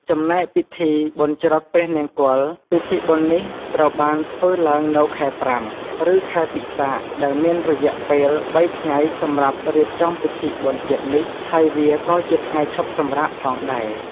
ចំណែកពីធីបុណ្យច្រត់ព្រះនង្គ័ល ពិធីបុណ្យនេះត្រូវបានធ្វើឡើងនៅខែ៥ ឬខែពិសាខ ដែលមានរយៈពេល ៣ថ្ងៃសម្រាប់រៀបចំពិធីបុណ្យជាតិនេះ ហើយវាក៏ជាថ្ងៃឈប់សម្រាកផងដែរ ។